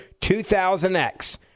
2000X